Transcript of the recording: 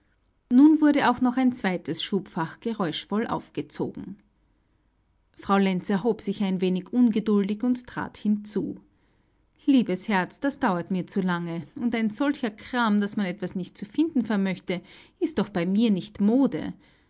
nun wurde auch noch ein zweites schubfach geräuschvoll aufgezogen frau lenz erhob sich ein wenig ungeduldig und trat hinzu liebes herz das dauert mir zu lange und ein solcher kram daß man etwas nicht zu finden vermöchte ist doch bei mir nicht mode